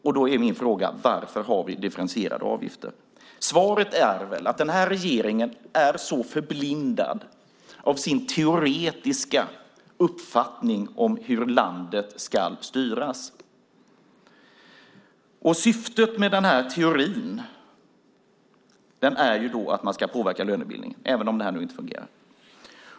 Därför är min fråga: Varför har vi differentierade avgifter? Svaret är väl att regeringen är förblindad av sin teoretiska uppfattning om hur landet ska styras, och syftet med teorin är att man ska påverka lönebildningen - även om det inte fungerar.